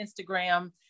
Instagram